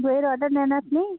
দইয়ের অর্ডার নেন আপনি